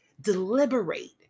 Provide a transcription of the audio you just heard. deliberate